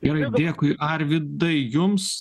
gerai dėkui arvydai jums